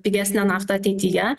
pigesnę naftą ateityje